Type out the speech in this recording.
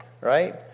right